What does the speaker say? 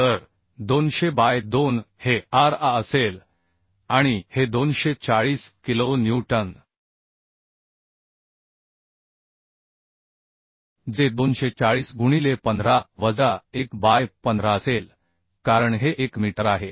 तर 200 बाय 2 हे r A असेल आणि हे 240 किलो न्यूटन जे 240 गुणिले 15 वजा 1 बाय 15 असेल कारण हे 1 मीटर आहे